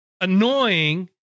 annoying